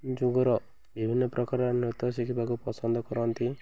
ଯୁଗର ବିଭିନ୍ନ ପ୍ରକାର ନୃତ୍ୟ ଶିଖିବାକୁ ପସନ୍ଦ କରନ୍ତି